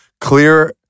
clear